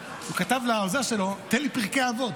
הוא כתב לעוזר שלו: תן לי פרקי אבות.